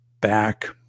back